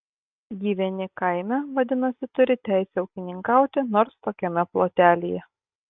gyveni kaime vadinasi turi teisę ūkininkauti nors tokiame plotelyje